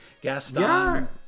Gaston